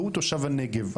והוא תושב הנגב,